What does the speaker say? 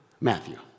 Matthew